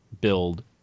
build